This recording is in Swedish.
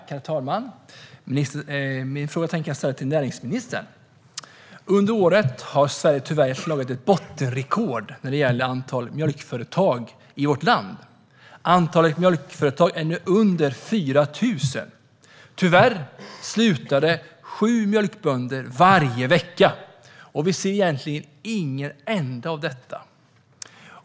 Herr talman! Min fråga tänker jag ställa till näringsministern. Under året har Sverige tyvärr slagit bottenrekordet när det gäller antal mjölkföretag i vårt land. Antalet mjölkföretag är nu under 4 000. Tyvärr slutar det sju mjölkbönder varje vecka, och vi ser ingen ände på detta.